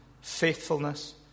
faithfulness